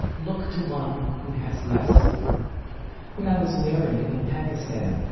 look to one who has less when i was married in pakistan,